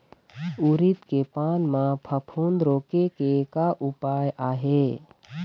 उरीद के पान म फफूंद रोके के का उपाय आहे?